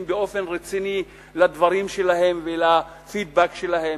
באופן רציני לדברים שלהם ולפידבק שלהם.